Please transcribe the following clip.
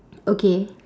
okay